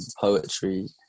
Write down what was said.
poetry